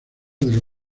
del